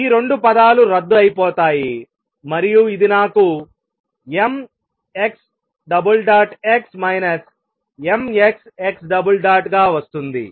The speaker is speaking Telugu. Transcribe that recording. ఈ రెండు పదాలు రద్దు అయిపోతాయి మరియు ఇది నాకు mxx mxx గా వస్తుంది